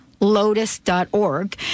lotus.org